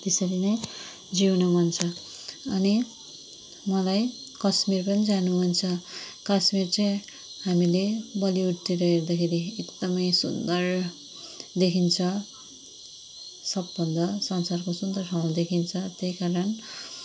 त्यसरी नै जिउनु मन छ अनि मलाई कश्मीर पनि जानु मन छ कश्मीर चाहिँ हामीले बलिउडतिर हेर्दाखेरि एकदमै सुन्दर देखिन्छ सबभन्दा संसारको सुन्दर ठाउँ देखिन्छ त्यही कारण